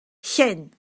llyn